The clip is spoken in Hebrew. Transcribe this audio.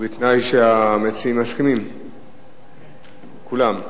בתנאי שהמציעים מסכימים, כולם.